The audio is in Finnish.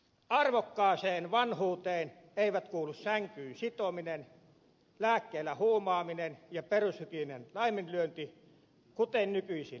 arvokkaaseen vanhuuteen eivät kuulu sänkyyn sitominen lääkkeillä huumaaminen ja perushygienian laiminlyönti kuten nykyisin tapahtuu